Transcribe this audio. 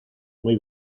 muy